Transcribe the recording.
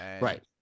Right